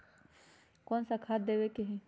कोन सा खाद देवे के हई?